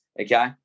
okay